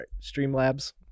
Streamlabs